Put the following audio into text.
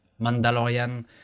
Mandalorian